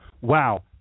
Wow